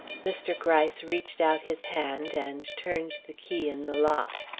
mr. gryce reached out his hand, and turned the key in the lock.